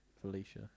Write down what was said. Felicia